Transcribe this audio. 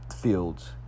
fields